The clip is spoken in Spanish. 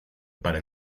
para